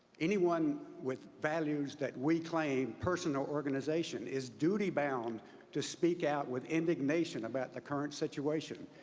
anyone with values that we claim personal organization is duty-bound to speak out with indignation about the current situation.